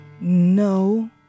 No